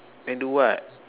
then do what